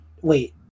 wait